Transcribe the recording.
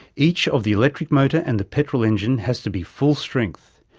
each of the electric motor and the petrol engine has to be full strength,